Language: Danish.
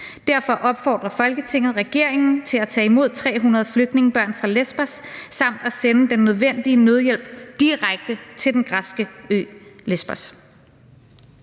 Derfor opfordrer Folketinget regeringen til at tage imod 300 flygtningebørn fra Lesbos og at sende den nødvendige nødhjælp direkte til den græske ø Lesbos.«